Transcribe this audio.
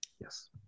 Yes